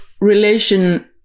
relation